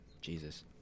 Jesus